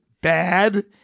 bad